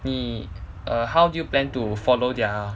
err how do you plan to follow their